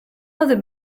other